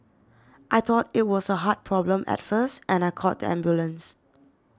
I thought it was a heart problem at first and I called the ambulance